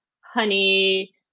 honey